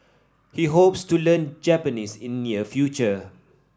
he hopes to learn Japanese in near future